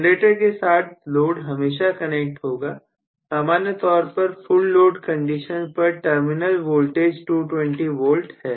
generator के साथ load हमेशा कनेक्टेड होगा सामान्य तौर पर फुल लोड कंडीशन पर टर्मिनल वोल्टेज 220V है